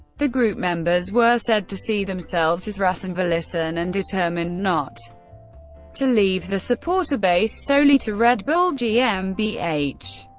the group members were said to see themselves as rasenballisten and determined not to leave the supporter base solely to red bull gmbh.